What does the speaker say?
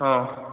ହଁ